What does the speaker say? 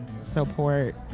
support